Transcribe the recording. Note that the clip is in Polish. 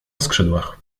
skrzydłach